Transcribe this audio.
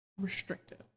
restrictive